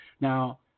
Now